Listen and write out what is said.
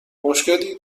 مشکلی